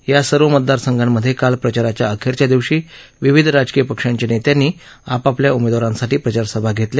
या सर्व मतदारसंघांमधे काल प्रचाराच्या अखेरच्या दिवशी विविध राजकीय पक्षांच्या नेत्यांनी आपापल्या उमेदवारांसाठी प्रचारसभा घेतल्या